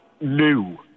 new